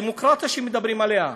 הדמוקרטיה שמדברים עליה,